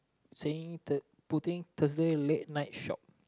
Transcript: saying that putting Thursday late night shop